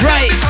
Right